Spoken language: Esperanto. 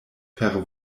per